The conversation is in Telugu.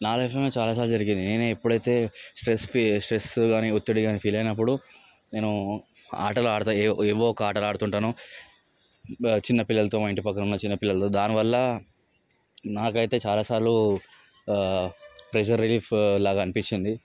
నాకు తెలిసి చాలా సార్లు జరిగేది నేను ఎప్పుడైతే స్ట్రెస్ ఫీ స్ట్రెస్ కానీ ఒత్తిడి కానీ ఫీల్ అయినపుడు నేను ఆటలు ఆడుతాను ఏదో ఏదో ఒక ఆటలు ఆడుతు ఉంటాను చిన్నపిల్లలతో మా ఇంటి పక్కనున్న చిన్నపిల్లలతో దాని వల్ల నాకైతే చాల సార్లు ప్రెషర్ రిలీఫ్లాగా అనిపించింది